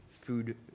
food